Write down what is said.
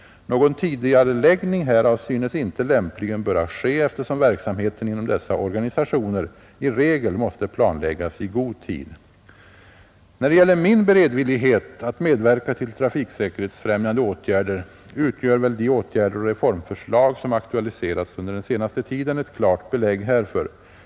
Någon tidigareläggning härav synes inte lämpligen böra ske eftersom verksamheten inom dessa organisationer i regel måste planläggas i god tid. När det gäller min beredvillighet att medverka till trafiksäkerhetsfräm jande åtgärder utgör väl de åtgärder och reformförslag, som aktualiserats Nr 70 under den senaste tiden, ett klart belägg härför.